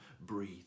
breathe